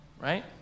right